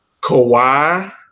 Kawhi